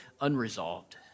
unresolved